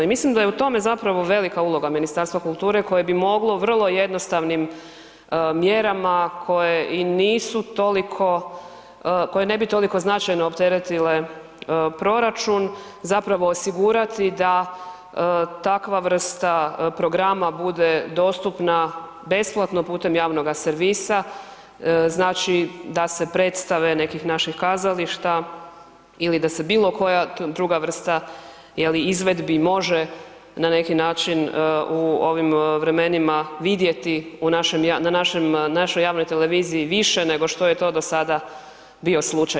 I mislim da je zapravo velika uloga Ministarstva kulture koje bi moglo vrlo jednostavnim mjerama koje ne bi toliko značajno opteretile proračun osigurati da takva vrsta programa bude dostupna besplatno putem javnoga servisa, znači da se predstave nekih naših kazališta ili da se bilo koja druga vrta izvedbi može na neki način u ovim vremenima vidjeti na našoj javnoj televiziji više nego što je to do sada bio slučaj.